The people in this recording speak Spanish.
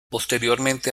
posteriormente